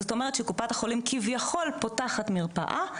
זאת אומרת שקופת החולים כביכול פותחת מרפאה,